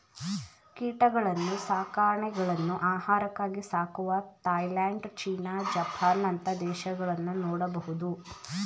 ಕೀಟಗಳನ್ನ್ನು ಸಾಕಾಣೆಗಳನ್ನು ಆಹಾರಕ್ಕಾಗಿ ಸಾಕುವ ಥಾಯಲ್ಯಾಂಡ್, ಚೀನಾ, ಜಪಾನ್ ಅಂತ ದೇಶಗಳನ್ನು ನೋಡಬಹುದು